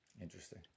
Interesting